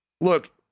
look